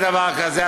לדבר כזה.